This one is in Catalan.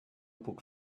puc